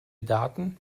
daten